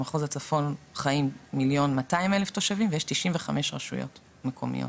במחוז הצפון חיים 1.2 מיליון תושבים ויש 95 רשויות מקומיות,